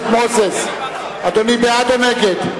מוזס, אדוני בעד או נגד?